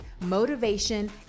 motivation